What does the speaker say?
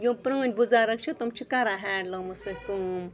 یِم پرٛٲنۍ بُزرٕگ چھِ تِم چھِ کَران ہینٛڈلوٗمَس سۭتۍ کٲم